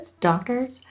doctors